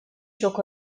çok